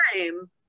time